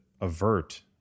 avert